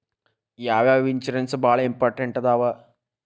ಯಾವ್ಯಾವ ಇನ್ಶೂರೆನ್ಸ್ ಬಾಳ ಇಂಪಾರ್ಟೆಂಟ್ ಅದಾವ?